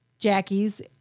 Jackie's